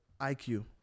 IQ